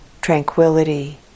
tranquility